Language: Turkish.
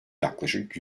yaklaşık